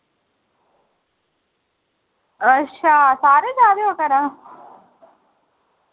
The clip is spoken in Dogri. अच्छा सारे जा दे ओ घरा